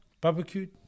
Barbecued